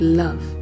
love